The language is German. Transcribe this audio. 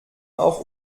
auch